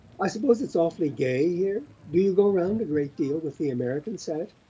i suppose it's awfully gay here? do you go round a great deal with the american set?